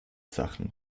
sachen